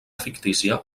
fictícia